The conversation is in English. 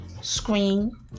screen